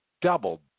doubled